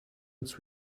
its